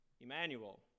Emmanuel